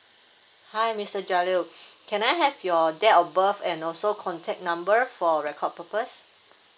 hi mister jaleo can I have your date of birth and also contact number for record purpose